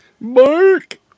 Mark